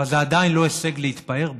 אבל זה עדיין לא הישג להתפאר בו.